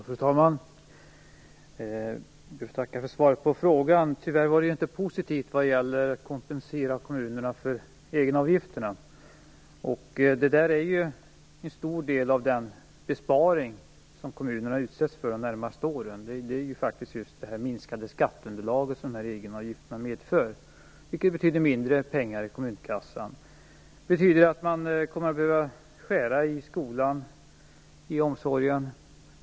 Fru talman! Jag ber att få tacka för svaret på frågan. Tyvärr var det inte positivt vad gäller att kompensera kommunerna för egenavgifterna. Det minskade skatteunderlag som egenavgifterna medför, vilket betyder mindre pengar i kommunkassan, är en stor del av den besparing som kommunerna utsätts för de närmaste åren. Det betyder att man kommer att behöva skära i skolan och i omsorgen.